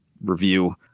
review